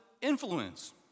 influence